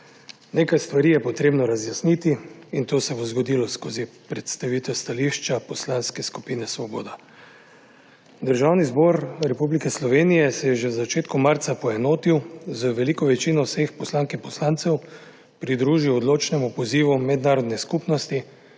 Nekaj stvari je potrebno razjasniti in to se bo zgodilo skozi predstavitev stališča Poslanske skupine Svoboda. Državni zbor Republike Slovenije se je že v začetku marca poenotil, z veliko večino vseh poslank in poslancev pridružil odločnemu pozivu mednarodne skupnosti